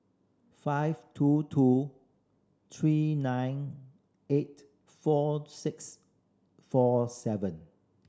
five two two three nine eight four six four seven